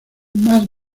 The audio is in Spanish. más